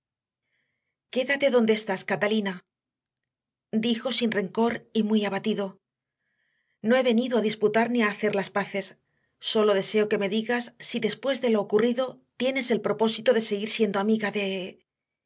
quédate donde estás catalina dijo sin rencor y muy abatido no he venido a disputar ni a hacer las paces sólo deseo que me digas si después de lo ocurrido tienes el propósito de seguir siendo amiga de